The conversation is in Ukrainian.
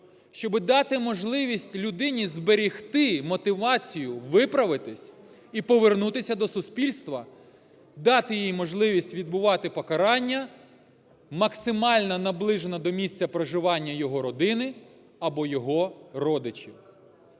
щоби дати можливість людині зберегти мотивацію виправитись і повернутися до суспільства, дати їй можливість відбувати покарання максимально наближено до місця проживання його родини або його родичів.